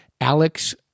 Alex